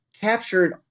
captured